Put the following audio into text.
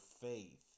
faith